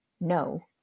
no